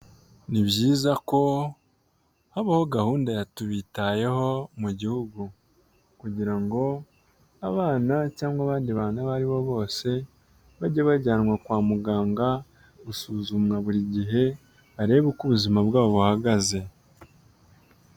Ni byiza ko habaho gahunda ya tubitayeho mu gihugu kugira ngo abana cyangwa abandi bantu abo aribo bose bajye bajyanwa kwa muganga gusuzumwa buri gihe barebe uko ubuzima bwabo buhagaze.